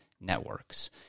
networks